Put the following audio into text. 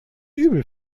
übel